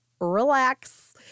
Relax